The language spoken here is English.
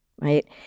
right